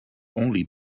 only